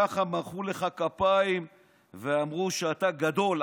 ככה מחאו לך כפיים ואמרו שאתה גדול,